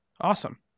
Awesome